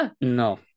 No